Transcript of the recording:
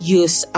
use